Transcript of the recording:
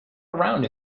around